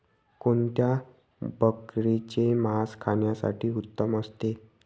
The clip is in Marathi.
कोणत्या बकरीचे मास खाण्यासाठी उत्तम असते?